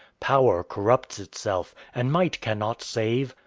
power corrupts itself, and might cannot save.